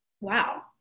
wow